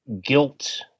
guilt